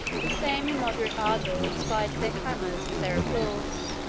the same immoderate ardor inspired their clamors and their applause,